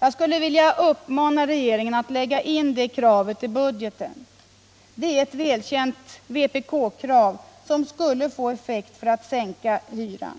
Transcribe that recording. Jag skulle vilja uppmana regeringen att lägga in det kravet i budgeten. Det är ett välkänt vpk-krav som skulle få effekt för att sänka hyran.